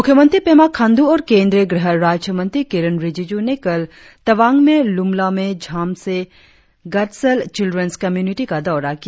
मुख्यमंत्री पेमा खांड्र और केंद्रीय गृह राज्य मंत्री किरेन रिजिज् ने कल तवांग में लुम्ला में झाम्से गत्सल चिल्रन्स कम्यूनिटी का दौरा किया